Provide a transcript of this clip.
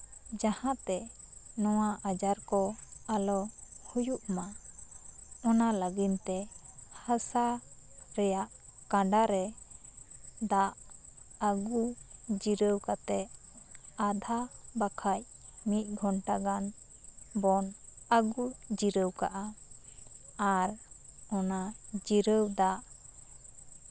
ᱡᱟᱦᱟᱸ ᱛᱮ ᱱᱚᱣᱟ ᱟᱡᱟᱨ ᱠᱚ ᱟᱞᱚ ᱦᱩᱭᱩᱜ ᱢᱟ ᱚᱱᱟ ᱞᱟᱹᱜᱤᱫ ᱛᱮ ᱦᱟᱥᱟ ᱨᱮᱭᱟ ᱠᱟᱸᱰᱟᱨᱮ ᱫᱟᱜ ᱟᱹᱜᱩ ᱡᱤᱨᱟᱹᱣ ᱠᱟᱛᱮᱜ ᱟᱫᱷᱟ ᱵᱟᱠᱷᱟᱱ ᱢᱤᱫ ᱜᱷᱚᱱᱴᱟ ᱜᱟᱱ ᱵᱚᱱ ᱟᱹᱜᱩ ᱡᱤᱨᱟᱹᱣ ᱠᱟᱜᱼᱟ ᱟᱨ ᱚᱱᱟ ᱡᱤᱨᱟᱹᱣ ᱫᱟᱜ